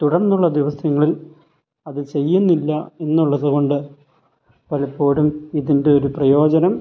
തുടർന്നുള്ള ദിവസങ്ങളിൽ അത് ചെയ്യുന്നില്ല എന്നുള്ളതുകൊണ്ട് പലപ്പോഴും ഇതിൻ്റെ ഒരു പ്രയോജനം